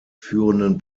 führenden